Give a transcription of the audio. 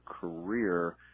career